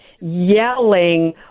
yelling